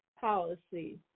policy